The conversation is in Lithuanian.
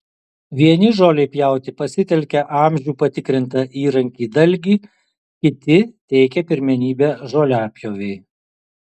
vieni žolei pjauti pasitelkia amžių patikrintą įrankį dalgį kiti teikia pirmenybę žoliapjovei